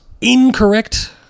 Incorrect